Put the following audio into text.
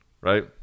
Right